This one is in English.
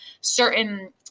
certain